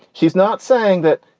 she's not saying that,